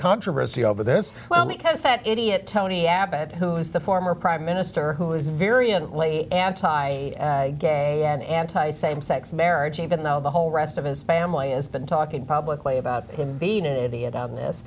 controversy over this well because that idiot tony abbott who is the former prime minister who is very unlikely anti gay and anti same sex marriage even though the whole rest of his family has been talking publicly about